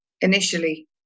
initially